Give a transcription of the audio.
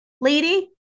lady